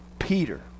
Peter